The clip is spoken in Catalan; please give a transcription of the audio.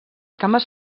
cames